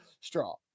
straw